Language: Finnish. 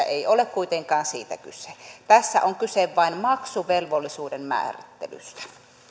ei ole kuitenkaan siitä kyse tässä on kyse vain maksuvelvollisuuden määrittelystä